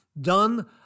done